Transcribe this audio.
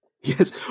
Yes